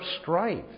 strife